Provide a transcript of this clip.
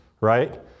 right